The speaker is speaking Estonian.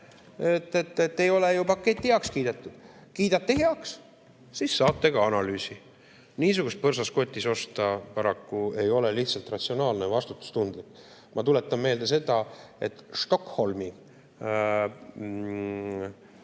et ei ole ju pakett heaks kiidetud, kiidate heaks, siis saate ka analüüsi. Niisugust põrsast kotis osta paraku ei ole lihtsalt ratsionaalne ja vastutustundlik. Ma tuletan meelde seda, et Stockholmi